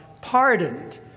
pardoned